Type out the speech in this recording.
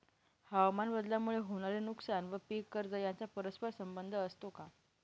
हवामानबदलामुळे होणारे नुकसान व पीक कर्ज यांचा परस्पर संबंध असतो का?